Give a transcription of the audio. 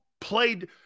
played